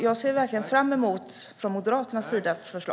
Jag ser verkligen fram emot förslag från Moderaternas sida.